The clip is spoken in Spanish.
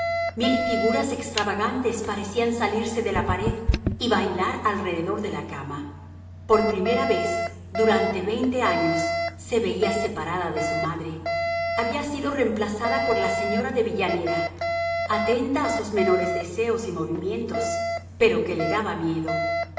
mil figuras extravagantes parecían salirse de la pared y bailar alrededor de la cama por primera vez durante veinte años se veía separada de su madre había sido reemplazada por la señora de villanera atenta a sus menores deseos y movimientos pero que le daba miedo